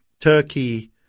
Turkey